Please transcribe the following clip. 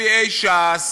מצביעי ש"ס,